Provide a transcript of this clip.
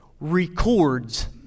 records